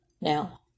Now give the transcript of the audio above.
now